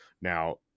Now